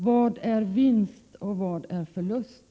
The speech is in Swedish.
Vad är vinst och vad är förlust!